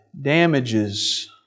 damages